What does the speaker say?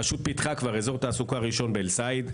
הרשות פיתחה כבר אזור תעסוקה ראשון באל סייד,